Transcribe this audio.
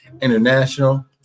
International